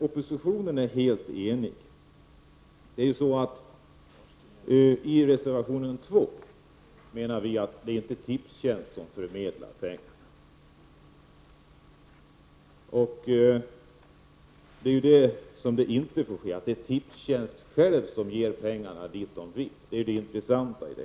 Oppositionen är emellertid inte helt enig. I reservation nr 2 menar vi att det inte är Tipstjänst som skall förmedla pengarna. Det får inte ske. Tipstjänst får inte själv ge pengarna dit man vill. Det är det intressanta.